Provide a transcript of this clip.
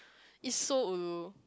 is so ulu